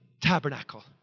tabernacle